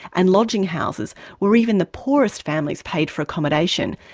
and lodging houses where even the poorest families paid for accommodation,